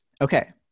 Okay